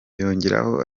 yongeraho